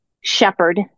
shepherd